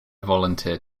volunteered